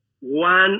One